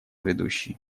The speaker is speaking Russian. ведущий